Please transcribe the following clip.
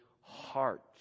heart